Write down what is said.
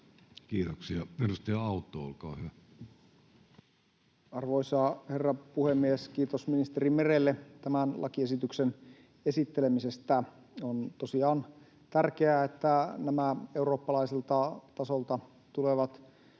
muuttamisesta Time: 15:27 Content: Arvoisa herra puhemies! Kiitos ministeri Merelle tämän lakiesityksen esittelemisestä. — On tosiaan tärkeää, että nämä eurooppalaiselta tasolta tulevat